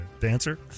dancer